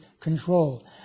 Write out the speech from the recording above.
control